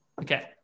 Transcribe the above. Okay